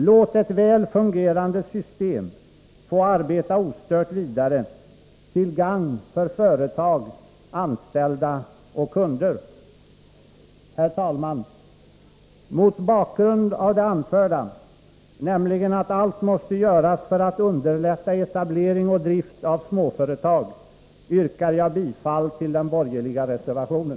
Låt ett väl fungerande system få arbeta ostört vidare till gagn för företag, anställda och kunder! Herr talman! Mot bakgrund av det anförda — nämligen att allt måste göras för att underlätta etablering och drift av småföretag — yrkar jag bifall till den borgerliga reservationen.